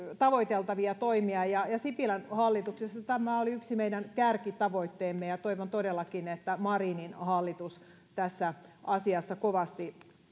tavoiteltavia toimia sipilän hallituksessa tämä oli yksi meidän kärkitavoitteemme ja toivon todellakin että marinin hallitus tässä asiassa kovasti